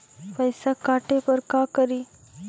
पैसा काटे पर का करि?